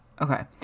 okay